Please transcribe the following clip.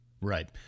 Right